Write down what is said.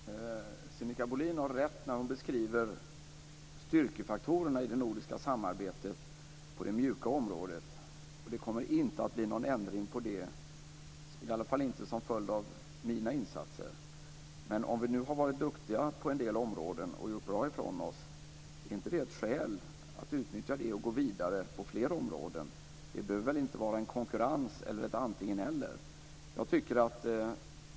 Herr talman! Sinikka Bohlin har rätt när hon beskriver styrkefaktorerna i det nordiska samarbetet på det mjuka området, och det kommer inte att bli någon ändring på det, i varje fall inte som följd av mina insatser. Om vi nu har varit duktiga på en del områden och gjort bra ifrån oss, finns det då inte skäl att utnyttja det och gå vidare på fler områden? Det behöver väl inte vara en konkurrens eller ett antingeneller.